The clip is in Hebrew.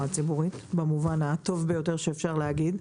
הציבורית במובן הטוב ביותר שאפשר להגיד.